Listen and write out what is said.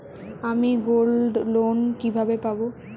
আমি গোল্ডলোন কিভাবে পাব?